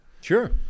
Sure